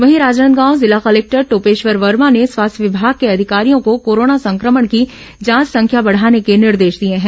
वहीं राजनांदगांव जिला कलेक्टर टोपेश्वर वर्मा ने स्वास्थ्य विभाग के अधिकारियों को कोरोना संक्रमण की जांच संख्या बढ़ाने के निर्देश दिए हैं